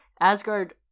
Asgard